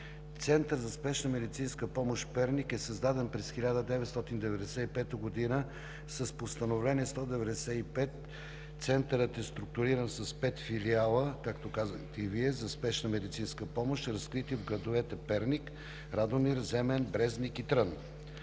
Център за спешна медицинска помощ – Перник, е създаден през 1995 г. с Постановление № 195. Центърът е структуриран с пет филиала, както казахте, за спешна медицинска помощ, разкрити в градовете Перник, Радомир, Земен, Брезник и Трън.